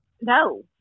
no